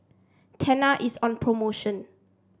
Tena is on promotion